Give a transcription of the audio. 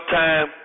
time